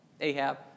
Ahab